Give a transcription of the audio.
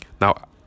now